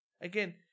Again